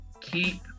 keep